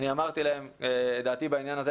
אני אמרתי את דעתי בהסכם הזה,